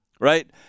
right